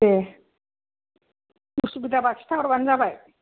दे असुबिदाबा खिथाहरबानो जाबाय